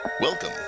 Welcome